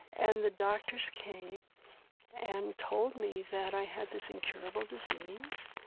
and the doctors came and told me that i had this incurable disease.